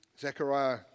Zechariah